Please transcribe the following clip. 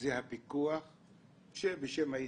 הפיקוח על הבנקים,